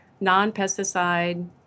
non-pesticide